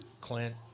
clint